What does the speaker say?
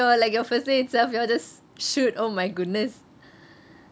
oh like your first day itself you all just shoot oh my goodness